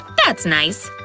that's nice.